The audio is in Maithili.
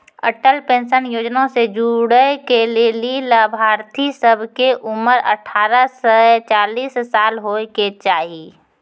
अटल पेंशन योजना से जुड़ै के लेली लाभार्थी सभ के उमर अठारह से चालीस साल होय के चाहि